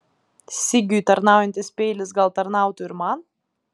sigiui tarnaujantis peilis gal tarnautų ir man